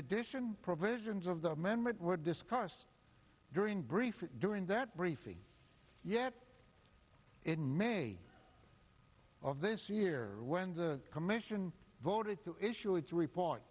addition provisions of the amendment would discuss during briefing during that briefing yet in may of this year when the commission voted to issue its report